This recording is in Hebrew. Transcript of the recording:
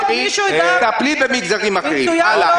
--- הלאה,